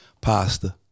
Pasta